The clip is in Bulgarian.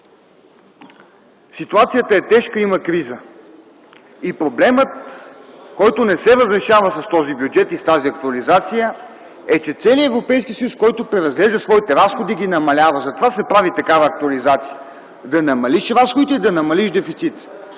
Ситуацията е тежка – има криза. Проблемът, който не се разрешава с този бюджет и с тази актуализация, е, че целият Европейския съюз, който преразглежда своите разходи, ги намалява. Затова се прави такава актуализация – да намалиш разходите и да намалиш дефицита.